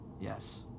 Yes